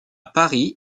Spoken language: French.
paris